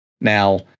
Now